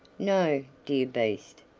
no, dear beast,